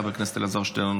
חבר הכנסת אלעזר שטרן,